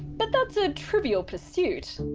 but. that's a trivial pursuit.